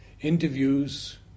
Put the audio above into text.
Interviews